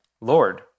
Lord